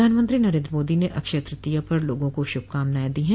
प्रधानमंत्री नरेन्द्र मोदी ने अक्षय तृतीया पर लोगों को श्भकामनाएं दी है